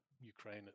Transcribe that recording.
ukraine